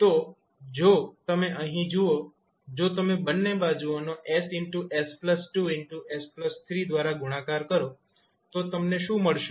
તો જો તમે અહીં જુઓ જો તમે બંને બાજુઓનો s s 2 s 3 દ્વારા ગુણાકાર કરો તો તમને શું મળશે